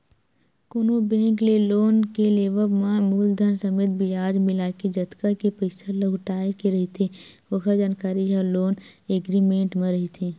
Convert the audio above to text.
कोनो बेंक ले लोन के लेवब म मूलधन समेत बियाज मिलाके जतका के पइसा लहुटाय के रहिथे ओखर जानकारी ह लोन एग्रीमेंट म रहिथे